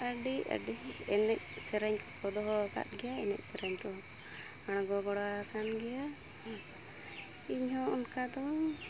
ᱟᱹᱰᱤ ᱟᱹᱰᱤ ᱮᱱᱮᱡ ᱥᱮᱨᱮᱧ ᱠᱚ ᱫᱚᱦᱚ ᱟᱠᱟᱫ ᱜᱮᱭᱟ ᱮᱱᱮᱡ ᱥᱮᱨᱮᱧ ᱠᱚ ᱟᱬᱜᱚ ᱵᱟᱲᱟ ᱟᱠᱟᱱ ᱜᱮᱭᱟ ᱤᱧ ᱦᱚᱸ ᱚᱱᱠᱟ ᱫᱚ